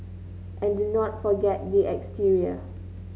and do not forget the exterior